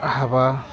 हाबा